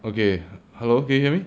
okay hello can you hear me